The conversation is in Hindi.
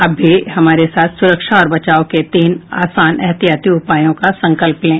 आप भी हमारे साथ सुरक्षा और बचाव के तीन आसान एहतियाती उपायों का संकल्प लें